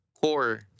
core